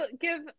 give